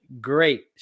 Great